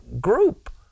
group